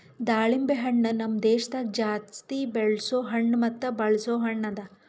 ದಾಳಿಂಬೆ ಹಣ್ಣ ನಮ್ ದೇಶದಾಗ್ ಜಾಸ್ತಿ ಬೆಳೆಸೋ ಮತ್ತ ಬಳಸೋ ಹಣ್ಣ ಅದಾ